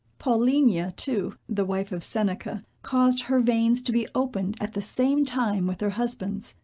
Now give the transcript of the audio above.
paulinia too, the wife of seneca, caused her veins to be opened at the same time with her husband's,